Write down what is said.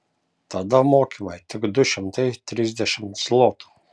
tada mokymai tik du šimtai trisdešimt zlotų